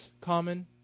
common